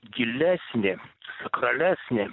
gilesnį sakralesnį